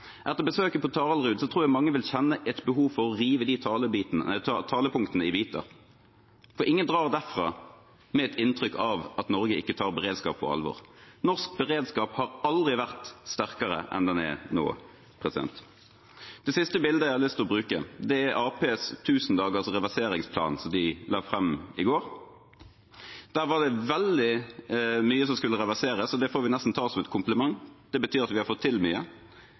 Etter besøket på Taraldrud tror jeg mange vil kjenne et behov for å rive de talepunktene i biter. For ingen drar derfra med et inntrykk av at Norge ikke tar beredskap på alvor. Norsk beredskap har aldri vært sterkere enn den er nå. Det siste bildet jeg har lyst til å bruke, er Arbeiderpartiets 1 000 dagers reverseringsplan, som de la fram i går. Der var det veldig mye som skulle reverseres, og det får vi nesten ta som et kompliment. Det betyr at vi har fått til mye.